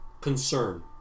concern